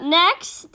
next